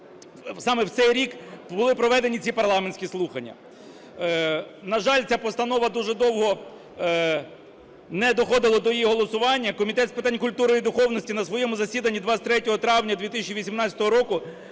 саме в цей рік були проведені ці парламентські слухання. На жаль, ця постанова дуже довго не доходила до її голосування. Комітет з питань культури і духовності на своєму засіданні 23 травня 2018 року